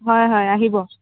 হয় হয় আহিব